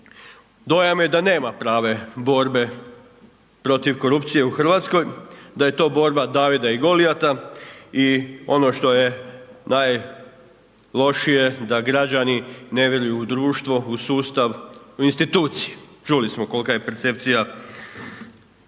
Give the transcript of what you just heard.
Dojam je da nema prave borbe protiv korupcije u Hrvatskoj, da je to borba Davida i Golijata. I ono što je najlošije da građani ne vjeruju u društvo, u sustav, u institucije. Čuli smo kolika je percepcija